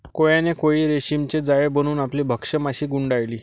कोळ्याने कोळी रेशीमचे जाळे बनवून आपली भक्ष्य माशी गुंडाळली